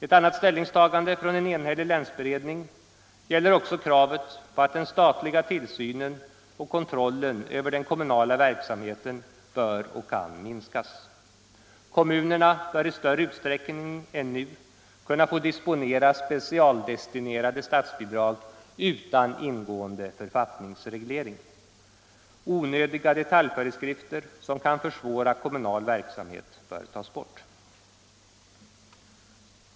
Ett annat ställningstagande från en enhällig länsberedning gäller att den statliga tillsynen och kontrollen över den kommunala verksamheten bör och kan minskas. Kommunerna bör i större utsträckning än nu kunna få disponera specialdestinerade statsbidrag utan ingående författningsreglering. Onödiga detaljföreskrifter som kan försvåra kommunal verksamhet bör tas bort.